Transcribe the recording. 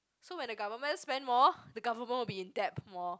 so when the government spend more the government will be in debt more